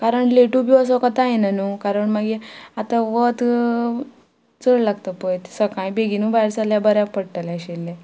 कारण लेटू बी असो कोता येना न्हू कारण मागी आतां वत चड लागता पळय सकाळी बेगीनू भायर सरल्या बऱ्याक पडटले आशिल्ले